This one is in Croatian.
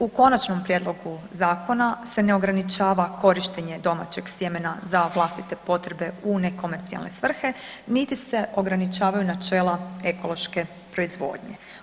U Konačnom prijedlogu zakona se ne ograničava korištenje domaćeg za vlastite potrebe u nekomercijalne svrhe niti se ograničavaju načela ekološke proizvodnje.